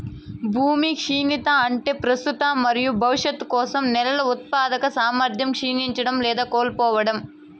భూమి క్షీణత అంటే ప్రస్తుత మరియు భవిష్యత్తు కోసం నేలల ఉత్పాదక సామర్థ్యం క్షీణించడం లేదా కోల్పోవడం